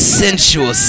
sensual